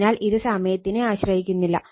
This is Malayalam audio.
അതിനാൽ ഇത് സമയത്തിനെ ആശ്രയിക്കുന്നില്ല